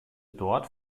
dort